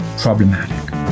problematic